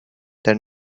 there